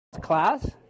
class